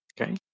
Okay